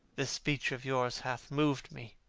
this speech of yours hath mov'd me,